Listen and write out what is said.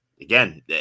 again